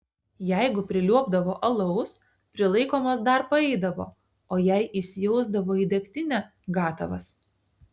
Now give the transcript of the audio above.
jeigu priliuobdavo alaus prilaikomas dar paeidavo o jei įsijausdavo į degtinę gatavas